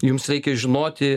jums reikia žinoti